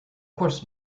course